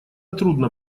трудно